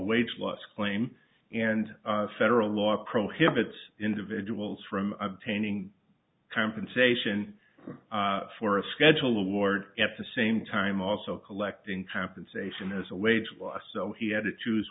wage loss claim and federal law prohibits individuals from obtaining compensation for a schedule award at the same time also collecting compensation as a wage law so he had to choose